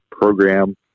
program